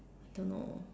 I don't know